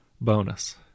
Bonus